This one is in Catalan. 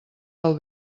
del